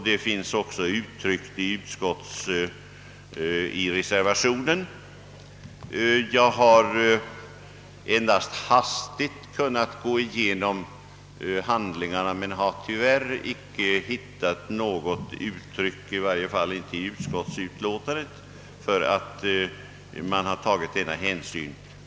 Detta har även nämnts i reservationen. Jag har endast hastigt kunnat gå igenom handlingarna från 1964 men har tyvärr inte hittat något uttryck — i varje fall inte i utskottsutlåtandet — som tyder på att man tog detta i beaktande, när beslutet fattades.